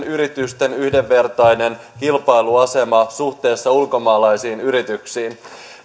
yritysten yhdenvertainen kilpailuasema suhteessa ulkomaisiin yrityksiin